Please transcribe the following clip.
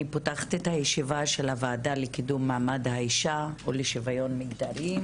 אני פותחת את הישיבה של הוועדה לקידום מעמד האישה ולשוויון מגדרי,